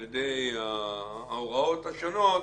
על ידי ההוראות השונות